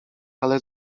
ale